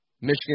Michigan